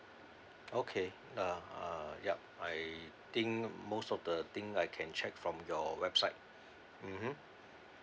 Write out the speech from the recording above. okay uh uh yup I think most of the thing I can check from your website mmhmm